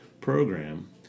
program